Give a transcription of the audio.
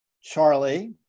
Charlie